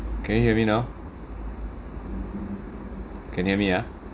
can you hear me now can hear me ah